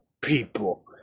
people